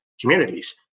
communities